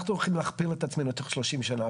אנחנו הולכים להכפיל את עצמנו תוך שלושים שנה,